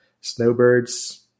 snowbirds